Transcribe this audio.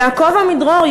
יעקב עמידרור,